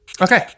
Okay